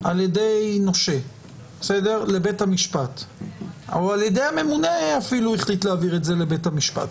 על ידי משה לבית המשפט או הממונה אפילו החליט להעביר את זה לבית המשפט,